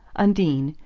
undine,